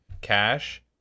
cash